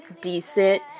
decent